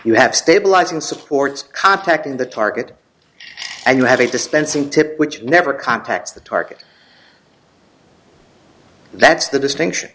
you have stabilizing supports contacting the target and you have a dispensing tip which never contacts the target that's the distinction